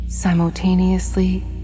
Simultaneously